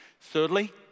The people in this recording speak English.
Thirdly